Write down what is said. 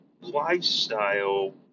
lifestyle